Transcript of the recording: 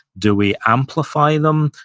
do we amplify them,